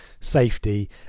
safety